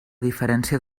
diferència